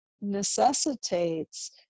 necessitates